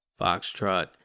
Foxtrot